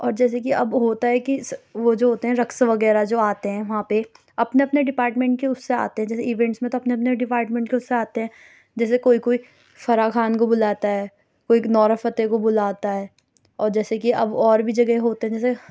اور جیسے کہ اب ہوتا ہے کہ وہ جو ہوتے ہیں رقص وغیرہ جو آتے ہیں وہاں پہ اپنے اپنے ڈپارٹمنٹ کے اُس سے آتے ہیں جیسے ایونٹس میں تو اپنے اپنے ڈپارٹمنٹ کے اُس سے آتے ہیں جیسے کوئی کوئی فرح خان کو بُلاتا ہے کوئی ایک نورا فتیحی کو بُلاتا ہے اور جیسے کہ اب اور بھی جگہ ہوتے ہیں جیسے